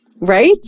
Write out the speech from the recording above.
Right